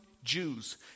Jews